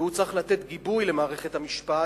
והוא צריך לתת גיבוי למערכת המשפט.